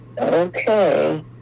Okay